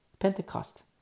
Pentecost